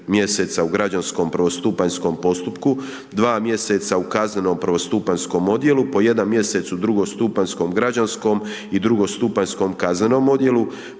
u građanskom prvostupanjskom postupku, 2 mjeseca u kaznenom prvostupanjskom odjelu, po 1 mjesec u drugostupanjskom građanskom i drugostupanjskom kaznenom odjelu,